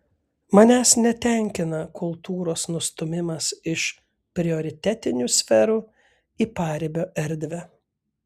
manęs netenkina kultūros nustūmimas iš prioritetinių sferų į paribio erdvę